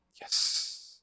Yes